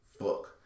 fuck